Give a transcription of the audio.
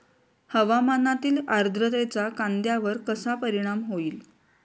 हवामानातील आर्द्रतेचा कांद्यावर कसा परिणाम होईल?